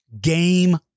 game